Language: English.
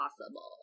possible